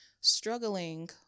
struggling